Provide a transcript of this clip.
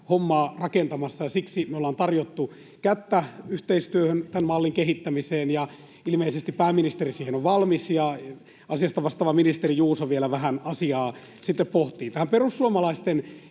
hommaa rakentamassa, ja siksi me olemme tarjonneet kättä yhteistyöhön tämän mallin kehittämiseen. [Jenna Simula: Mutta ette Säätytalolla!] Ilmeisesti pääministeri siihen on valmis, ja asiasta vastaava ministeri Juuso vielä vähän asiaa pohtii. Tähän perussuomalaisten